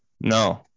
no